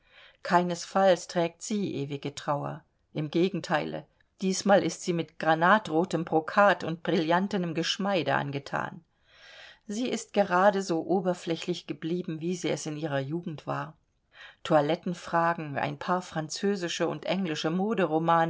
keinesfalls trägt sie ewige trauer im gegenteile diesmal ist sie mit granatrotem brocat und brillantenem geschmeide angethan sie ist gerade so oberflächlich geblieben wie sie es in ihrer jugend war toilletenfragen ein paar französische und englische